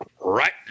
right